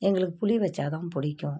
எங்களுக்கு புளி வச்சால் தான் பிடிக்கும்